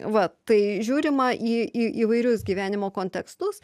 va tai žiūrima į į įvairius gyvenimo kontekstus